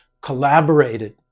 collaborated